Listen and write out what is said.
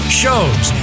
shows